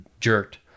jerked